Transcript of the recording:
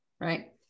right